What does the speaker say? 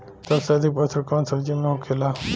सबसे अधिक पोषण कवन सब्जी में होखेला?